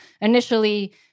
initially